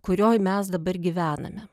kurioj mes dabar gyvename